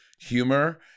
humor